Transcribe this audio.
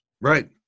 Right